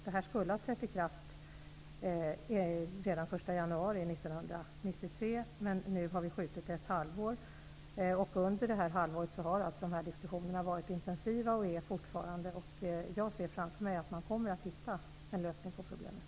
Detta skulle ha trätt i kraft redan den 1 januari 1993. Under detta halvår har dessa diskussioner varit intensiva och är det fortfarande. Jag ser framför mig att man kommer att hitta en lösning på problemet.